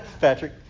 Patrick